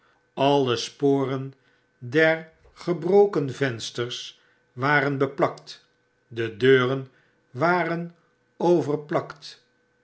alle sporen der gebroken vensters waren beplakt de deuren waren overplakt